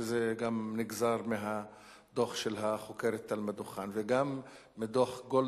וזה נגזר מהדוח של החוקרת תלמה דוכן וגם מדוח-גולדברג.